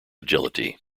agility